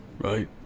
right